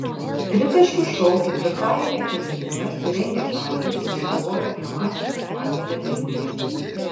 tritaškių šou ketvirtajame kėlinyje surengęs žalgiris iškovojo dramatišką pergalę vilniuje